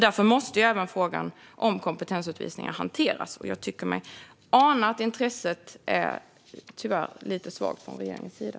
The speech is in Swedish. Därför måste även frågan om kompetensutvisningar hanteras, och jag tycker mig ana att intresset tyvärr är lite svagt från regeringens sida.